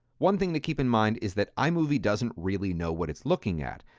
one thing to keep in mind is that imovie doesn't really know what it's looking at.